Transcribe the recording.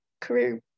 career